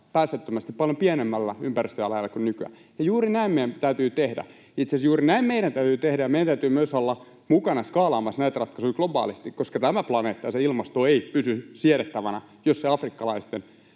päästöttömästi, paljon pienemmällä ympäristöjalanjäljellä kuin nykyään. Juuri näin meidän täytyy tehdä, ja meidän täytyy myös olla mukana skaalaamassa näitä ratkaisuja globaalisti, koska tämä planeetta ja sen ilmasto eivät pysy siedettävinä, jos se afrikkalaisten